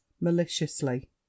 maliciously